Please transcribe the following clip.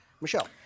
Michelle